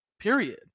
Period